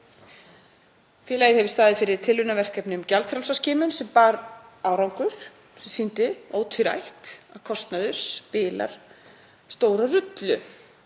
Félagið hefur staðið fyrir tilraunaverkefni um gjaldfrjálsa skimun sem bar árangur, sýndi ótvírætt að kostnaður spilar stóru rullu.